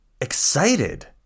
excited